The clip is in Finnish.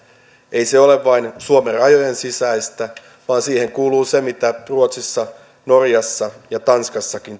ei ole vain suomen rajojen sisäistä vaan siihen kuuluu se mitä ruotsissa norjassa ja tanskassakin